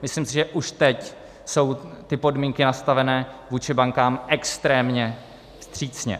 Myslím si, že už teď jsou ty podmínky nastavené vůči bankám extrémně vstřícné.